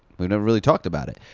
we never really talked about it.